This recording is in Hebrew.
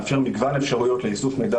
מאפשר מגוון אפשרויות לאיסוף מידע.